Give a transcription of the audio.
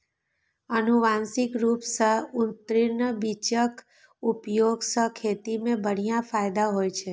आनुवंशिक रूप सं उन्नत बीजक उपयोग सं खेती मे बढ़िया फायदा होइ छै